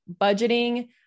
budgeting